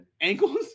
Ankles